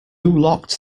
locked